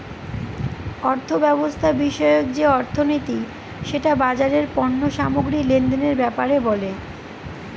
অর্থব্যবস্থা বিষয়ক যে অর্থনীতি সেটা বাজারের পণ্য সামগ্রী লেনদেনের ব্যাপারে বলে